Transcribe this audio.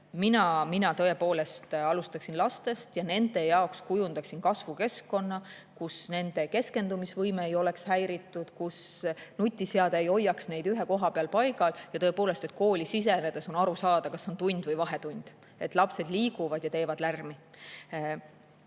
Mina alustaksin lastest ja nende jaoks kujundaksin kasvukeskkonna, kus nende keskendumisvõime ei oleks häiritud, kus nutiseade ei hoiaks neid ühe koha peal paigal ja tõepoolest, et kooli sisenedes on aru saada, kas on tund või vahetund, et lapsed liiguvad ja teevad lärmi. Laste